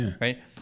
right